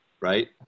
right